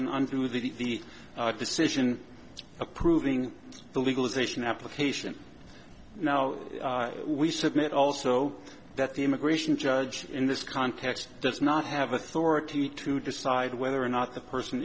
and undo the decision approving the legalization application now we submit also that the immigration judge in this context does not have authority to decide whether or not the person